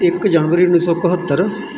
ਇੱਕ ਜਨਵਰੀ ਉੱਨੀ ਸੌ ਇਕਹੱਤਰ